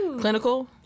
clinical